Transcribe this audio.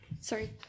Sorry